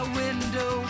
window